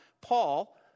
Paul